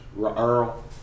Earl